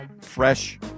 fresh